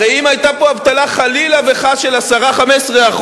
הרי אם היתה פה אבטלה, חלילה וחס, של 10% 15%,